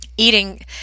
eating